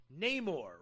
Namor